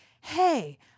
hey